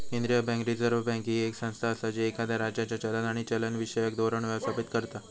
केंद्रीय bank, reserve bank, ही येक संस्था असा जी एखाद्या राज्याचा चलन आणि चलनविषयक धोरण व्यवस्थापित करता